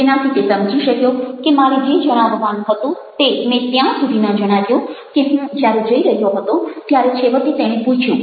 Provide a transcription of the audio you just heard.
જેનાથી તે સમજી શક્યો કે મારે જે જણાવવાનું હતું તે મેં ત્યાં સુધી ન જણાવ્યું કે હું જ્યારે જઈ રહ્યો હતો ત્યારે છેવટે તેણે પૂછ્યું